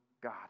God